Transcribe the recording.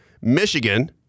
Michigan